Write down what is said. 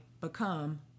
become